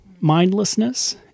mindlessness